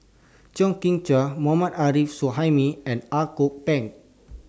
Chew Kheng Chuan More mad Arif Suhaimi and Ang Kok Peng